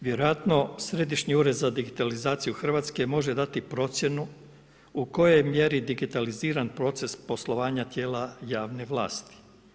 Vjerojatno Središnji ured za digitalizaciju Hrvatske može dati procjenu u kojoj mjeri je digitaliziran proces poslovanja tijela javne vlasti.